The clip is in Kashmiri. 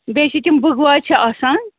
بیٚیہِ چھِ تِم بُگوار چھِ آسان